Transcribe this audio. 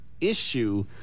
issue